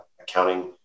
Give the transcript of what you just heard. accounting